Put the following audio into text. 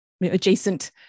adjacent